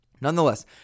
Nonetheless